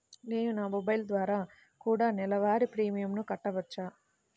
నేను నా మొబైల్ ద్వారా కూడ నెల వారి ప్రీమియంను కట్టావచ్చా?